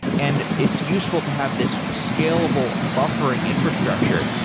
and it's useful to have this scalable buffering infrastructure,